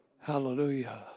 Hallelujah